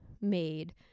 made